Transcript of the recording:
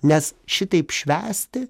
nes šitaip švęsti